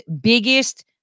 biggest